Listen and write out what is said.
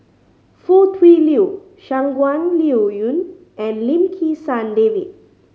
Foo Tui Liew Shangguan Liuyun and Lim Kim San David